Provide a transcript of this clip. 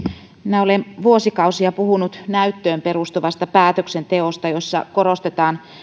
minä olen vuosikausia puhunut näyttöön perustuvasta päätöksenteosta jossa korostetaan